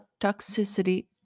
toxicity